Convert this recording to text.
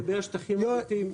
לגבי שטחים מתים,